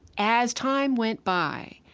as time went by,